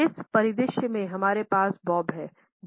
इस परिदृश्य में हमारे पास बॉब है